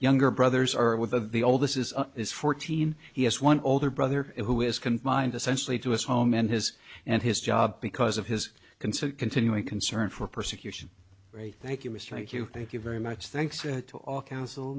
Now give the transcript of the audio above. younger brothers are with of the old this is is fourteen he has one older brother who is confined essentially to his home and his and his job because of his concern continuing concern for persecution or a thank you mr thank you thank you very much thanks to all coun